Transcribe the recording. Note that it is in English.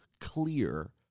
clear